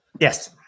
Yes